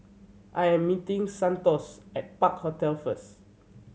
I am meeting Santos at Park Hotel first